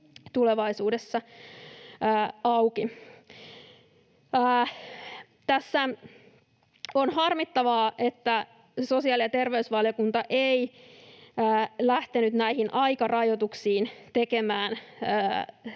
tulevaisuudessa auki. Tässä on harmittavaa, että sosiaali- ja terveysvaliokunta ei lähtenyt näihin aikarajoituksiin tekemään